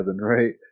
right